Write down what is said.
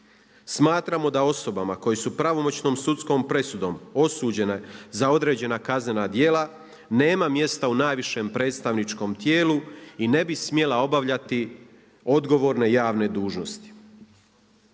Smatramo da osobama koje su pravomoćnom sudskom presudom osuđena za određena kaznena djela, nema mjesta u najvišem predstavničkom tijelu i ne bi smjela obavljati odgovorne javne dužnosti.